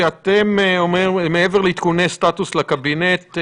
מעבר לעדכוני סטטוס לקבינט,